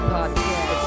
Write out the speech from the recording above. Podcast